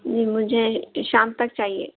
جی مجھے شام تک چاہیے